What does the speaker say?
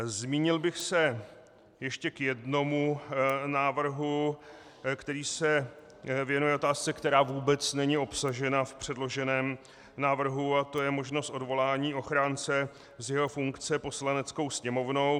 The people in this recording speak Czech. Zmínil bych se ještě o jednom návrhu, který se věnuje otázce, která vůbec není obsažena v předloženém návrhu, a to je možnost odvolání ochránce z jeho funkce Poslaneckou sněmovnou.